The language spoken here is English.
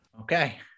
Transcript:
Okay